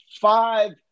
five